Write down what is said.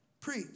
preach